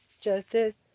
Justice